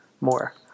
more